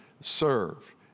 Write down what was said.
serve